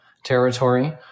Territory